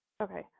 Okay